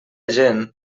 gent